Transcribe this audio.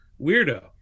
weirdo